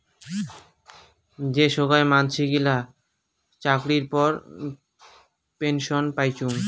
যে সোগায় মানসি গিলা চাকরির পর পেনসন পাইচুঙ